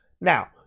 Now